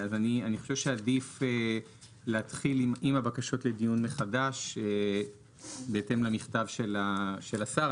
אז אני חושב שעדיף להתחיל עם הבקשות לדיון מחדש בהתאם למכתב של השר.